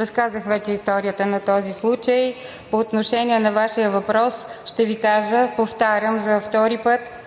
разказах вече историята на този случай. По отношение на Вашия въпрос ще Ви кажа: повтарям за втори път,